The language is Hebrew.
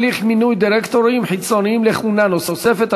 הליך מינוי דירקטורים חיצוניים לכהונה נוספת),